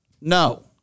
No